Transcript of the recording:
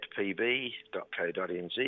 pb.co.nz